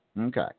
Okay